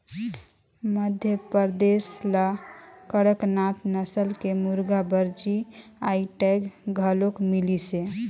मध्यपरदेस ल कड़कनाथ नसल के मुरगा बर जी.आई टैग घलोक मिलिसे